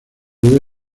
debe